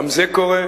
גם זה קורה,